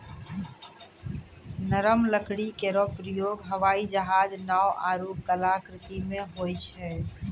नरम लकड़ी केरो प्रयोग हवाई जहाज, नाव आरु कलाकृति म होय छै